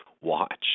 watch